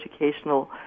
educational